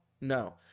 No